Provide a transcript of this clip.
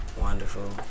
Wonderful